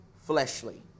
fleshly